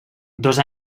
dos